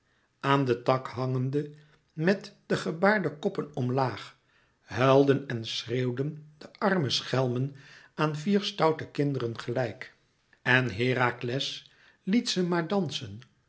aan den tak hangende met de gebaarde koppen omlaag huilden en schreeuwden de arme schelmen aan vier stoute kinderen gelijk en herakles liet ze maar dansen